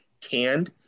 canned